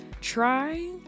try